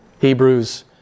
Hebrews